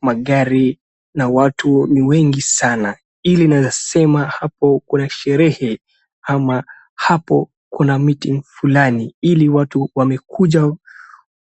Magari na watu ni wengi sana ili naeza sema hapo kuna sherehe au hapo kuna meeting fulani ili watu wamekuja